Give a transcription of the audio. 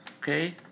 Okay